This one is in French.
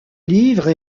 livre